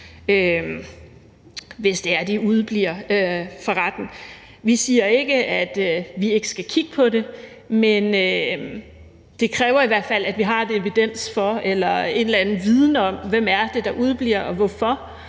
hvis de udebliver fra retten. Vi siger ikke, at vi ikke skal kigge på det, men det kræver i hvert fald, at vi har evidens for eller en eller anden viden om, hvem det er, der udebliver, hvorfor